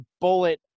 bullet